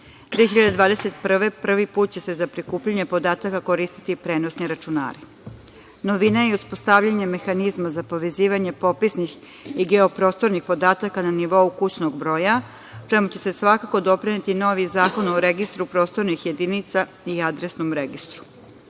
2021. prvi put će se za prikupljanje podataka koristiti prenosni računari. Novina je i uspostavljanje mehanizma za povezivanje popisnih i geoprostornih podataka na nivou kućnog broja, čemu će svakako doprineti novi Zakon o registru prostornih jedinica i adresnom registru. Podaci